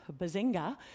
Bazinga